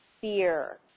fear